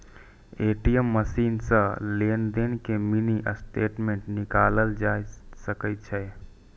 ATM machine सं लेनदेन के मिनी स्टेटमेंट निकालल जा सकै छै